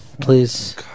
please